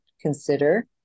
consider